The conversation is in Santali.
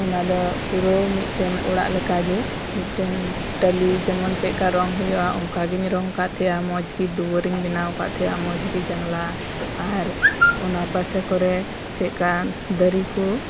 ᱚᱱᱟ ᱫᱚ ᱯᱩᱨᱟᱹ ᱢᱤᱜᱴᱮᱱ ᱚᱲᱟᱜ ᱞᱮᱠᱟ ᱜᱮ ᱢᱤᱜᱴᱮᱱ ᱴᱟᱞᱤ ᱡᱮᱢᱚᱱ ᱪᱮᱜ ᱠᱟ ᱨᱚᱝ ᱦᱩᱭᱩᱜᱼᱟ ᱚᱝᱠᱟ ᱜᱮᱧ ᱨᱚᱝ ᱟᱠᱟᱫ ᱛᱟᱦᱮᱸᱜᱼᱟ ᱢᱚᱸᱡᱽ ᱜᱮ ᱫᱩᱣᱟᱹᱨᱤᱧ ᱵᱮᱱᱟᱣ ᱠᱟᱜ ᱛᱟᱦᱮᱸᱜᱼᱟ ᱢᱚᱸᱡᱽ ᱜᱮ ᱡᱟᱝᱞᱟ ᱟᱨ ᱚᱱᱟ ᱯᱟᱥᱮ ᱠᱚᱨᱮ ᱪᱮᱫ ᱠᱟᱱ ᱫᱟᱨᱮ ᱠᱚ